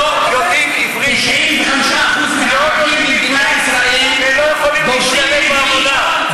הם לומדים חשמלאי מוסמך, ורוצים להשתלב בעבודה,